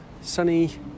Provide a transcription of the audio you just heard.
sunny